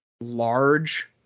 large